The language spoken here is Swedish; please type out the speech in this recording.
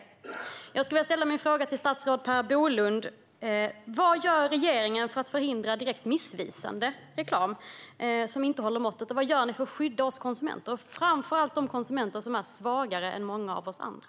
Jag skulle vilja ställa min fråga till statsrådet Per Bolund: Vad gör regeringen för att förhindra direkt missvisande reklam som inte håller måttet? Vad gör ni för att skydda oss konsumenter, framför allt de konsumenter som är svagare än många av oss andra?